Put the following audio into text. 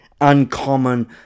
uncommon